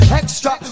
extra